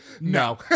No